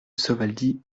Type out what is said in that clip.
sovaldi